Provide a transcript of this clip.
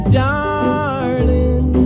darling